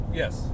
yes